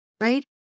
right